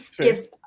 gives